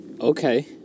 Okay